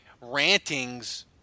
rantings